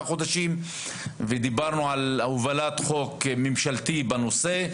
חודשים ודיברנו על הובלת חוק ממשלתי בנושא.